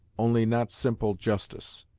only not simple justice.